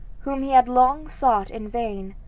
whom he had long sought in vain,